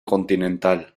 continental